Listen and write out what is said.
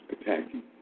attacking